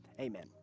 amen